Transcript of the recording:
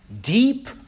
deep